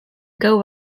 gau